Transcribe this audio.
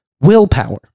willpower